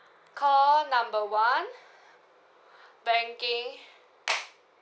call number one banking